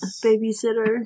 Babysitter